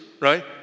right